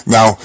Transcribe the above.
Now